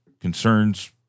concerns